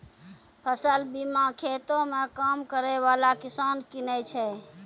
फसल बीमा खेतो मे काम करै बाला किसान किनै छै